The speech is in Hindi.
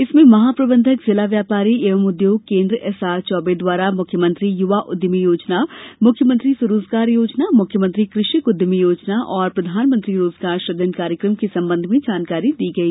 इसमें महाप्रबंधक जिला व्यापारी एवं उद्योग केन्द्र एसआर चौबे द्वारा मुख्यमंत्री युवा उद्यमी योजना मुख्यमंत्री स्वरोजगार योजना मुख्यमंत्री कृषक उद्यमी योजना एवं प्रधानमंत्री रोजगार सुजन कार्यक्रम के संबंध में जानकारी दी गई